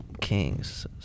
Kings